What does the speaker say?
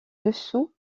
dessous